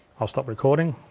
i'll stop recording.